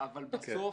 אבל בסוף,